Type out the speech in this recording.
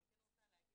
אני כן רוצה להגיד